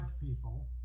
people